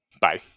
Bye